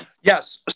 yes